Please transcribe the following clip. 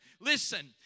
Listen